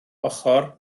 ochr